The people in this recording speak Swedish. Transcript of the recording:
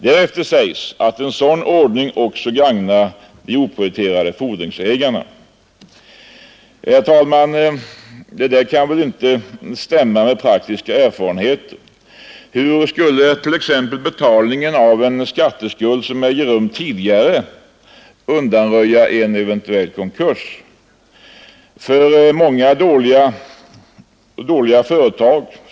En sådan ordning gagnar givetvis också de oprioriterade borgenärerna.” Vi motionärer från de tre borgerliga partierna tycker inte att denna skrivning stämmer med de praktiska erfarenheterna. Hur skulle t.ex. betalningen av en skatteskuld som sker tidigare undanröja en eventuell konkurs?